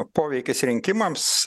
poveikis rinkimams